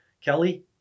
Kelly